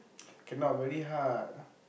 cannot very hard